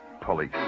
Police